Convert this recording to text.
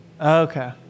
okay